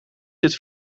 zit